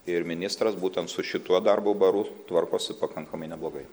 ir ministras būtent su šituo darbo baru tvarkosi pakankamai neblogai